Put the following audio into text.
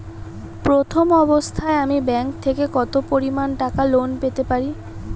প্রথম অবস্থায় আমি ব্যাংক থেকে কত পরিমান টাকা লোন পেতে পারি?